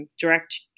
direct